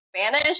Spanish